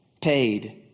paid